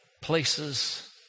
places